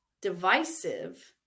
divisive